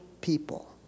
people